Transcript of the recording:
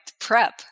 prep